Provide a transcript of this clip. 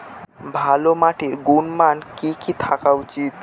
ভালো মাটির গুণমান কি কি থাকা উচিৎ?